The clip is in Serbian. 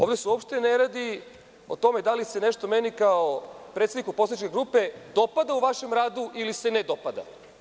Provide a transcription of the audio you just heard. Ovde se uopšte ne radi o tome da li se nešto meni, kao predsedniku poslaničke grupe, dopada u vašem radu ili se ne dopada.